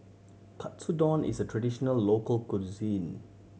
katsudon is a traditional local cuisine